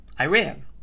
Iran